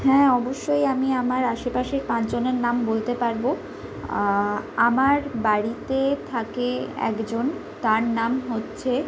হ্যাঁ অবশ্যই আমি আমার আশেপাশে পাঁচ জনের নাম বলতে পারবো আমার বাড়িতে থাকে একজন তার নাম হচ্ছে